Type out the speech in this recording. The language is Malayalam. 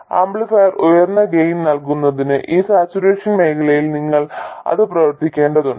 ആംപ്ലിഫയർ ഉയർന്ന ഗെയിൻ നൽകുന്നതിന് ഈ സാച്ചുറേഷൻ മേഖലയിൽ നിങ്ങൾ അത് പ്രവർത്തിപ്പിക്കേണ്ടതുണ്ട്